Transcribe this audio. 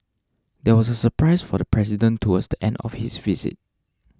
there was a surprise for the president towards the end of his visit